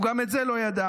הוא גם את זה לא ידע.